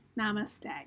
Namaste